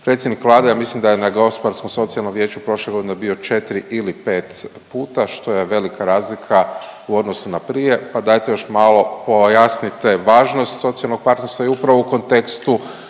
Predsjednik Vlade ja mislim da je na gospodarskom socijalnom vijeću bio 4 ili 5 puta što je velika razlika u odnosu na prije pa dajte još malo pojasnite važnost socijalnog partnerstva i upravo u kontekstu